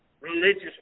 religious